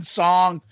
song